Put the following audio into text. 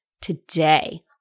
today